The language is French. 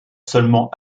seulement